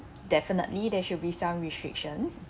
definitely there should be some restrictions